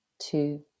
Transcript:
two